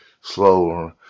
slow